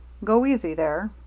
go easy there,